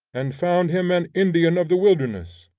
and found him an indian of the wilderness,